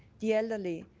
the elderly,